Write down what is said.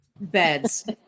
beds